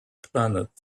planet